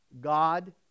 God